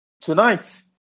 Tonight